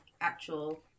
actual